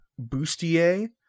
bustier